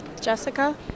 Jessica